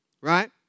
Right